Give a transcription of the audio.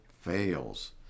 fails